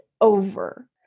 over